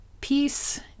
peace